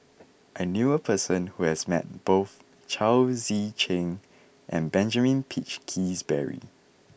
I knew a person who has met both Chao Tzee Cheng and Benjamin Peach Keasberry